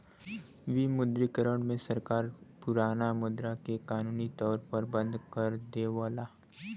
विमुद्रीकरण में सरकार पुराना मुद्रा के कानूनी तौर पर बंद कर देवला